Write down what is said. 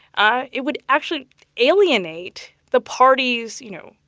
ah it would actually alienate the party's, you know,